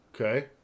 Okay